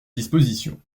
disposition